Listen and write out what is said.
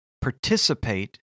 participate